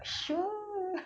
sure